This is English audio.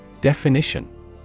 Definition